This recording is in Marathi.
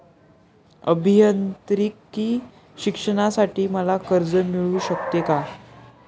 अभियांत्रिकी शिक्षणासाठी मला कर्ज मिळू शकते का?